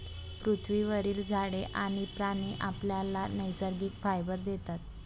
पृथ्वीवरील झाडे आणि प्राणी आपल्याला नैसर्गिक फायबर देतात